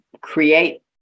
create